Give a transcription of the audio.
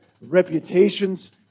reputations